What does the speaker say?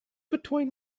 between